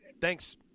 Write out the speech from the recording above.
Thanks